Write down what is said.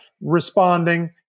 responding